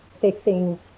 fixing